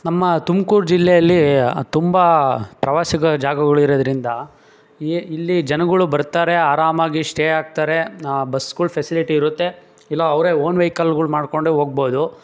ನಮ್ಮ ತುಮ್ಕೂರು ಜಿಲ್ಲೆಯಲ್ಲಿ ತುಂಬ ಪ್ರವಾಸಿಗರ ಜಾಗಗಳು ಇರೋದ್ರಿಂದ ಏ ಇಲ್ಲಿ ಜನಗಳು ಬರ್ತಾರೆ ಅರಾಮಾಗಿ ಸ್ಟೇ ಆಗ್ತಾರೆ ಬಸ್ಗಳ ಫೆಸಿಲಿಟಿ ಇರುತ್ತೆ ಇಲ್ಲ ಅವರೇ ಓನ್ ವೆಹಿಕಲ್ಗಳು ಮಾಡಿಕೊಂಡೇ ಹೋಗ್ಬೋದು